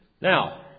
Now